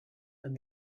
and